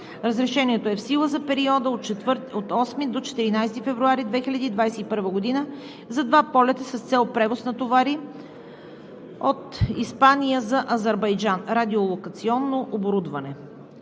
Разрешението е в сила за периода от 8 до 14 февруари 2021 г. за два полета с цел превоз на товари от Испания за Азербайджан – радиолокационно оборудване.